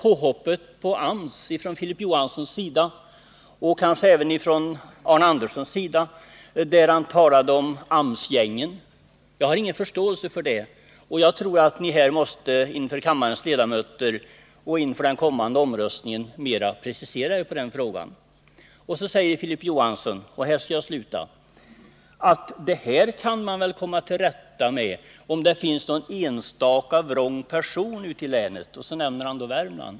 Och Arne Andersson talade om ”AMS-gängen”. Jag tror att ni inför kammarens ledamöter och inför den kommande omröstningen måste precisera vad ni menar. Och så säger Filip Johansson att om det finns någon enstaka vrång person ute i något län kan man väl komma till rätta med det utan lagstiftning.